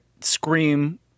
Scream